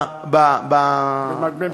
בממשלות ישראל.